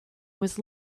was